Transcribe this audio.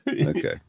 Okay